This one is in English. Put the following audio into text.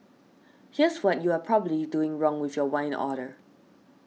here's what you are probably doing wrong with your wine order